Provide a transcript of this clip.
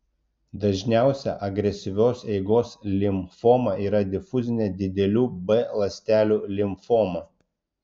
dažniausia agresyvios eigos limfoma yra difuzinė didelių b ląstelių limfoma